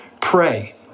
pray